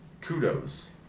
kudos